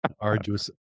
arduous